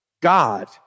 God